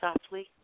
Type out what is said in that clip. softly